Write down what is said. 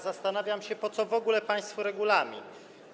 Zastanawiam się, po co w ogóle państwu regulamin.